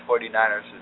49ers